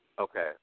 Okay